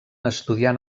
estudiant